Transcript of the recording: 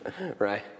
right